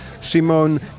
Simon